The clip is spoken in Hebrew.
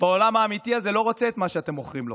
והעולם האמיתי הזה לא רוצה את מה שאתם מוכרים לו.